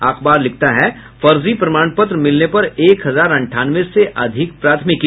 अखबार लिखता है फर्जी प्रमाण पत्र मिलने पर एक हजार अंठानवे से अधिक प्राथमिकी